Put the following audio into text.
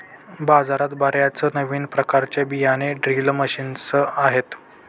बाजारात बर्याच नवीन प्रकारचे बियाणे ड्रिल मशीन्स आहेत